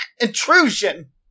intrusion